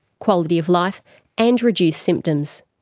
quality of life and reduced symptoms.